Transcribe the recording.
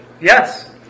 Yes